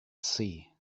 sea